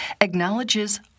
acknowledges